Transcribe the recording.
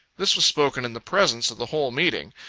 this was spoken in the presence of the whole meeting.